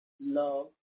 love